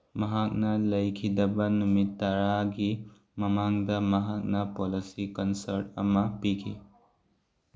ꯃꯍꯥꯛꯅ ꯂꯩꯈꯤꯗꯕ ꯅꯨꯃꯤꯠ ꯇꯔꯥꯒꯤ ꯃꯃꯥꯡꯗ ꯃꯍꯥꯛꯅ ꯄꯣꯂꯁꯆꯤ ꯀꯟꯁꯔꯠ ꯑꯃ ꯄꯤꯈꯤ